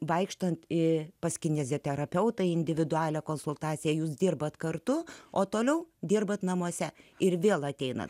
vaikštant į pas kineziterapeutą individualią konsultaciją jūs dirbate kartu o toliau dirbant namuose ir vėl ateina